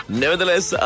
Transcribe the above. Nevertheless